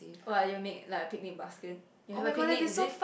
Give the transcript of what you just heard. what are you made like a picnic basket you have a picnic is it